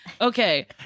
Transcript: Okay